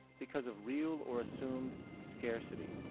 because of real or assumed scarcity.